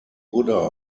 buddha